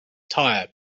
tire